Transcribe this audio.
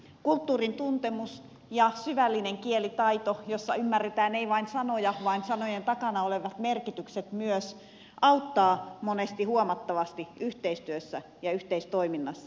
kulttuurin tuntemus ja syvällinen kielitaito jossa ymmärretään ei vain sanoja vaan sanojen takana olevat merkitykset myös auttaa monesti huomattavasti yhteistyössä ja yhteistoiminnassa